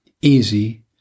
Easy